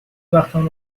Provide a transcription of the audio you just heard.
وقتم